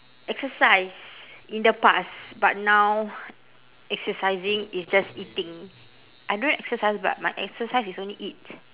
exercise in the past but now exercising is just eating I don't exercise but my exercise is only eat